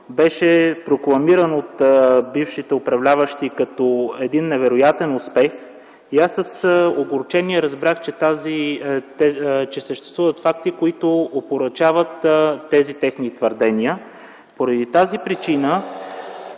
беше прокламиран от бившите управляващи като един невероятен успех. Аз с огорчение разбрах, че съществуват факти, които опорочават тези техни твърдения. Поради тази причина